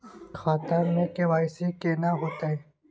खाता में के.वाई.सी केना होतै?